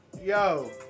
Yo